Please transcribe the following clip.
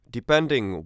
depending